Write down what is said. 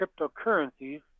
cryptocurrencies